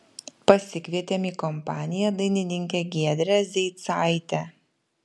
pasikvietėm į kompaniją dainininkę giedrę zeicaitę